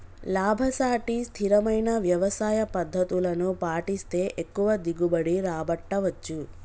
లాభసాటి స్థిరమైన వ్యవసాయ పద్దతులను పాటిస్తే ఎక్కువ దిగుబడి రాబట్టవచ్చు